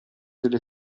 delle